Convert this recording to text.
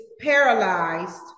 paralyzed